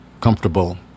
comfortable